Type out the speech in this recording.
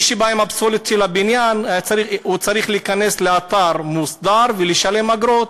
מי שבא עם פסולת בניין צריך להיכנס לאתר מוסדר ולשלם אגרות.